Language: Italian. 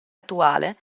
attuale